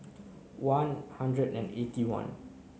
one hundred and eighty one